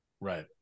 Right